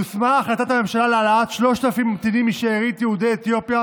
יושמה החלטת הממשלה להעלאת 3,000 ממתינים משארית יהודי אתיופיה